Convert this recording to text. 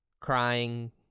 crying